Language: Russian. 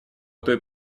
той